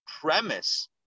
premise